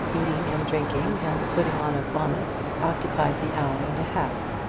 eating and drinking and the putting on of bonnets occupied the hour and a half.